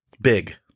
big